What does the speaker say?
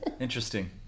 interesting